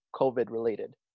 COVID-related